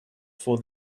for